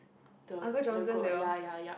the the girl ya ya ya